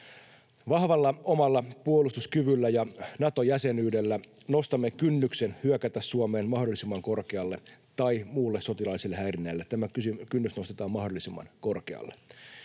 Vahvalla omalla puolustuskyvyllä ja Nato-jäsenyydellä nostamme kynnyksen hyökätä Suomeen tai muun sotilaallisen häirinnän kynnyksen mahdollisimman korkealle.